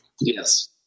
yes